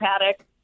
paddock